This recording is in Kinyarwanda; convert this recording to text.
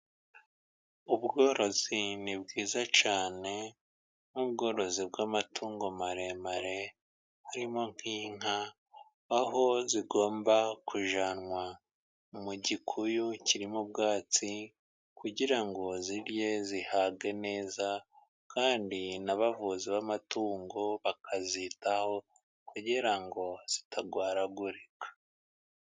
Ubworozi ni bwiza cyane. Nk'ubworozi bw'amatungo maremare, harimo nk'inka, aho zigomba kujyanwa mu gikuyu kirimo ubwatsi, kugira ngo zirye zihage neza, kandi n'abavuzi b'amatungo bakazitaho, kugira ngo zitarwaragurika.